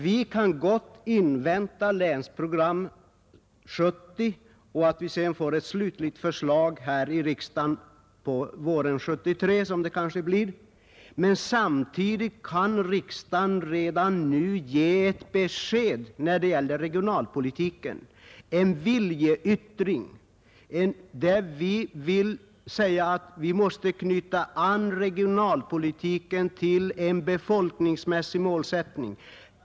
Vi kan gott invänta att Länsprogram 1970 leder till ett slutligt förslag här i riksdagen kanske våren 1973. Men riksdagen kan redan nu ge en viljeyttring när det gäller regionalpolitiken. Vi måste knyta an regionalpolitiken till en befolkningsmässig målsättning.